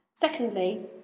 Secondly